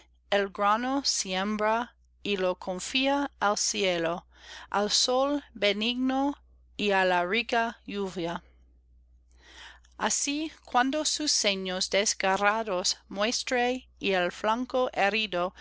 el grano siembra y lo confía al cielo al sol benigno y á la rica lluvia así cuando sus senos desgarrados muestre y el ñanco herido